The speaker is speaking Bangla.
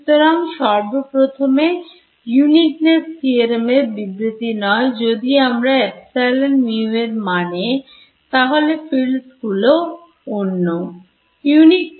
সুতরাং সর্বপ্রথমে Uniqueness theorem এর বিবৃতি নয় যদি আমরা epsilon mu এর মানে তাহলে fields গুলো অনন্য